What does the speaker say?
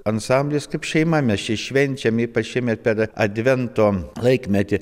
ansamblis kaip šeima mes čia švenčiam ypač šiemet per advento laikmetį